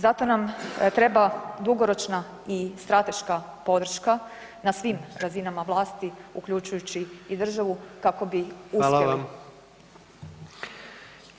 Zato nam treba dugoročna i strateška podrška na svim razinama vlasti uključujući i državu kako bi uspjeli